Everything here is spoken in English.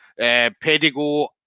Pedigo